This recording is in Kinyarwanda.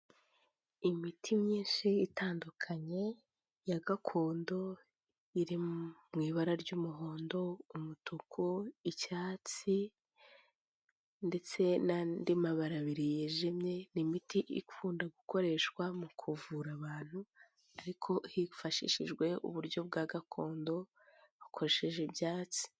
Imiti myinshi itandukanye ya gakondo iri mu ibara ry'umuhondo, umutuku, icyatsi ndetse n'andi mabara abiri yijimye, ni imiti ikunda gukoreshwa mu kuvura abantu ariko hifashishijwe uburyo bwa gakondo hakoreshejwe ibyatsi.